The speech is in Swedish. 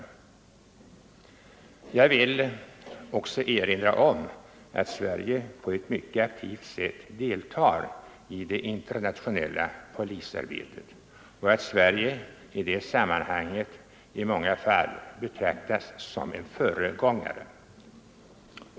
Vidare vill jag erinra om att Sverige mycket aktivt deltar i det internationella polisarbetet och att vårt land i det sammanhanget i många fall betraktas som ett föregångsland.